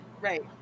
Right